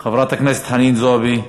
חברת הכנסת חנין זועבי,